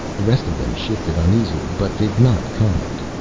the rest of them shifted uneasily but did not comment.